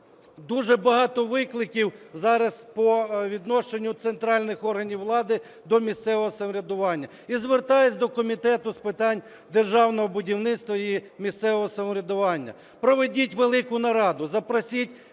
дуже багато викликів зараз по відношенню центральних органів влади до місцевого самоврядування. І звертаюся до Комітету з питань державного будівництва і місцевого самоврядування. Проведіть велику нараду, запросіть